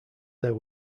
there